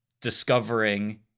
discovering